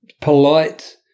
polite